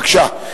בבקשה.